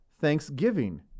thanksgiving